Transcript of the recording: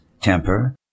temper